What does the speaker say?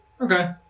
Okay